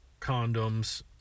condoms